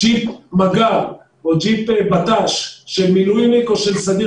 ג'יפ מגב או ג'יפ בט"ש של מילואימניק או של סדיר